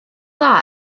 dda